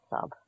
sub